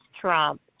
Trump